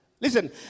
listen